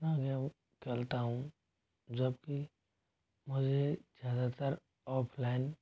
अपना गेम खेलता हूँ जब कि मुझे ज़्यादातर ऑफलाइन